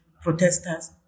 protesters